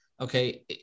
Okay